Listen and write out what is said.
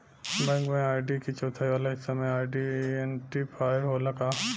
Bank में ID के चौथाई वाला हिस्सा में आइडेंटिफैएर होला का?